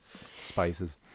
spices